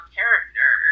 character